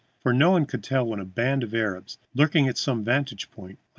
for no one could tell when a band of arabs, lurking at some vantage-point,